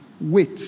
wait